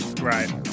right